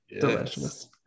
delicious